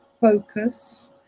focus